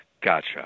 Gotcha